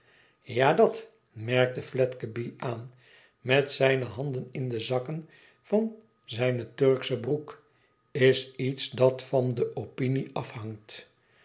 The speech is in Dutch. tja dat merkte fledgeby aan met zijne handen in de zakken van zijne turksche broek is iets dat van de opinie afhangt